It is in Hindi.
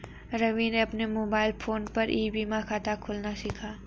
रवि ने अपने मोबाइल फोन पर ई बीमा खाता खोलना सीखा